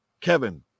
Kevin